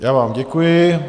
Já vám děkuji.